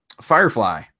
Firefly